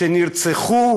שנרצחו